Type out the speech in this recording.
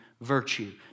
virtue